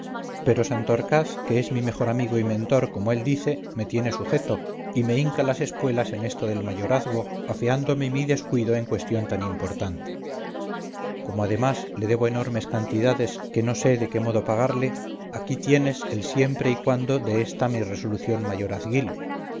pero santorcaz que es mi mejor amigo y mentor como él dice me tiene sujeto y me hinca las espuelas en esto del mayorazgo afeándome mi descuido en cuestión tan importante como además le debo enormes cantidades que no sé de qué modo pagarle aquí tienes el siempre y cuándo de esta mi resolución